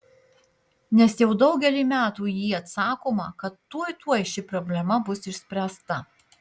nes jau daugelį metų į jį atsakoma kad tuoj tuoj ši problema bus išspręsta